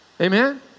Amen